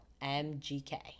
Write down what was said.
MGK